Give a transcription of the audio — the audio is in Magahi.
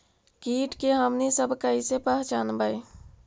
किट के हमनी सब कईसे पहचनबई?